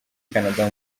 canada